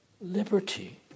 liberty